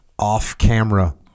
Off-camera